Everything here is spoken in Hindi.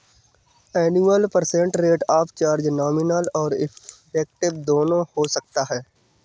annual percent rate of charge nominal और इफेक्टिव दोनों हो सकता है